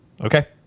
okay